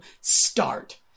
start